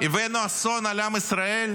הבאנו אסון על עם ישראל?